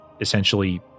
essentially